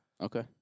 Okay